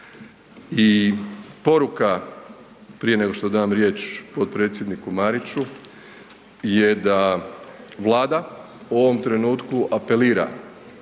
I poruka prije nego što dam riječ potpredsjedniku Mariću, je da Vlada u ovom trenutku apelira